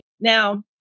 Now